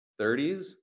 30s